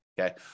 okay